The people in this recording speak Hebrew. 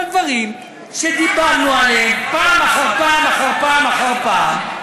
אבל דברים שדיברנו עליהם פעם אחר פעם אחר פעם אחר פעם,